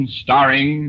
starring